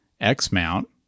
X-mount